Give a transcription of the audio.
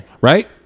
Right